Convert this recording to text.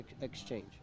exchange